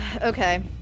okay